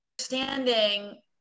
Understanding